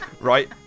Right